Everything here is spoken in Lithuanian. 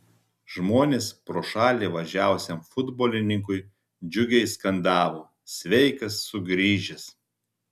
žmonės pro šalį važiavusiam futbolininkui džiugiai skandavo sveikas sugrįžęs